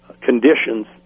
conditions